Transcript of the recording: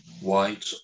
white